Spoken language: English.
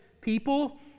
people